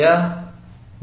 यहाँ भौतिकी है